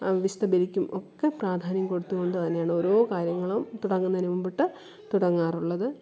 വിശുദ്ധ ബലിക്കും ഒക്കെ പ്രാധാന്യം കൊടുത്തു കൊണ്ടുതന്നെയാണ് ഓരോ കാര്യങ്ങളും തുടങ്ങുന്നതിനു മുമ്പിട്ട് തുടങ്ങാറുള്ളത്